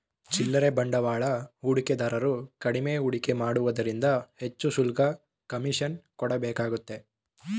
ಚಿಲ್ಲರೆ ಬಂಡವಾಳ ಹೂಡಿಕೆದಾರರು ಕಡಿಮೆ ಹೂಡಿಕೆ ಮಾಡುವುದರಿಂದ ಹೆಚ್ಚು ಶುಲ್ಕ, ಕಮಿಷನ್ ಕೊಡಬೇಕಾಗುತ್ತೆ